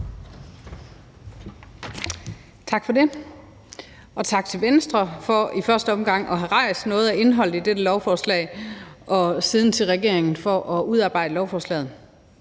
Tak for det, og tak til Venstre for i første omgang at have rejst noget af indholdet i dette lovforslag og siden til regeringen for at udarbejde lovforslaget.